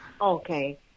Okay